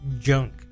junk